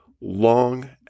long